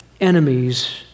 enemies